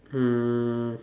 um